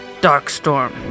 Darkstorm